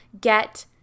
get